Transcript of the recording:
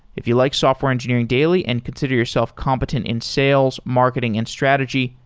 if you like software engineering daily and consider yourself competent in sales, marketing and strategy,